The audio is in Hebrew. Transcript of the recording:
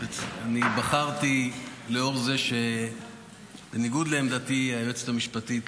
נוכח זה שבניגוד לעמדתי היועצת המשפטית